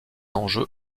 enjeu